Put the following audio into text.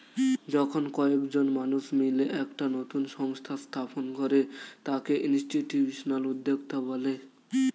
যখন কয়েকজন মানুষ মিলে একটা নতুন সংস্থা স্থাপন করে তাকে ইনস্টিটিউশনাল উদ্যোক্তা বলে